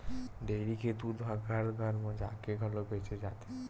dairy के दूद ह घर घर म जाके घलो बेचे जाथे